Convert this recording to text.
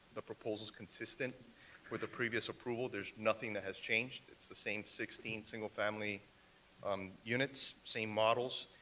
the proposal's consistent with the previous approval. there's nothing that has changed. it's the same sixteen single-family um units, same models,